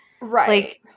Right